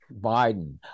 Biden